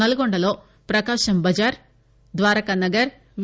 నల్గొండలో ప్రకాశం బజార్ ద్వారకానగర్ వి